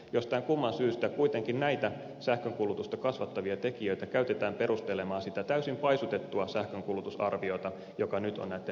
jostain kumman syystä kuitenkin näitä sähkönkulutusta kasvattavia tekijöitä käytetään perustelemaan sitä täysin paisutettua sähkönkulutusarviota joka nyt on näitten periaatepäätösten pohjana